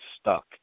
stuck